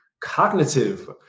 cognitive